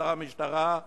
שר המשטרה,